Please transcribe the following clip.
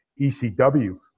ECW